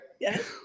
Yes